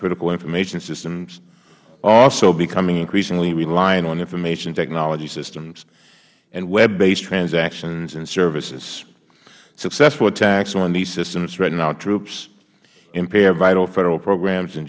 critical information systems are also becoming increasingly reliant on information technology systems and web based transactions and services successful attacks on these systems threaten our troops impair vital federal programs and